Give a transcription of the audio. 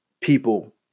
people